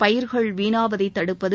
பயிர்கள் வீணாவதை தடுப்பது